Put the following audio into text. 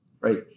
right